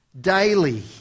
daily